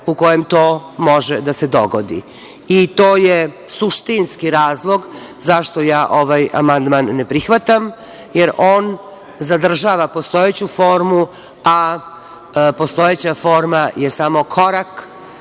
u kojem to može da se dogodi. I to je suštinski razlog zašto ja ovaj amandman ne prihvatam, jer on zadržava postojeću formu, a postojeća forma je samo korak,